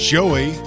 Joey